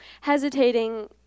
Hesitating